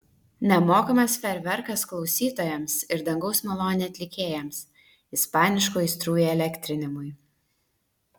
nemokamas fejerverkas klausytojams ir dangaus malonė atlikėjams ispaniškų aistrų įelektrinimui